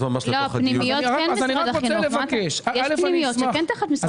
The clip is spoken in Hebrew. יש פנימיות שהן כן תחת משרד החינוך.